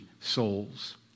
souls